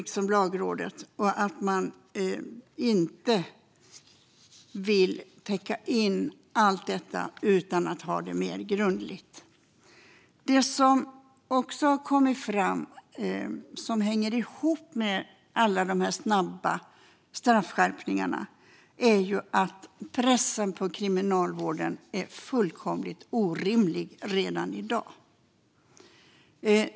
Det handlar om att man inte vill täcka in allt detta utan att ha det mer grundligt utrett. Det som också har kommit fram och som hänger ihop med alla dessa snabba straffskärpningar är att pressen på Kriminalvården är fullkomligt orimlig redan i dag.